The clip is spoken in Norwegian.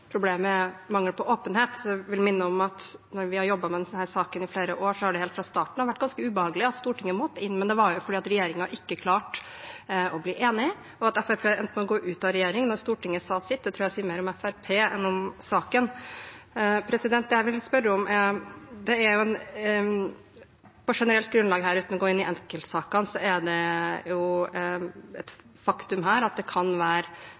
problemet er mangel på åpenhet. Jeg vil minne om at vi har jobbet med denne saken i flere år, og det har helt fra starten vært ganske ubehagelig at Stortinget måtte inn, men det var fordi regjeringen ikke klarte å bli enige. At Fremskrittspartiet endte med å gå ut av regjering da Stortinget sa sitt, tror jeg sier mer om Fremskrittspartiet enn om saken. På generelt grunnlag, uten å gå inn i enkeltsakene, er det et faktum at det kan være